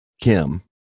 Kim